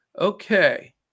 Okay